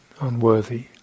unworthy